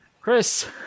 chris